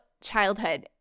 childhood